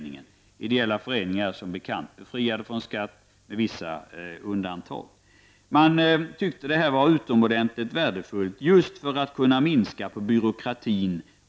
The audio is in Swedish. Ideella föreningar är som bekant befriade från skatt, med vissa undantag. Man tyckte att det var utomordentligt värdefullt när det gällde att minska på byråkratin.